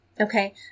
Okay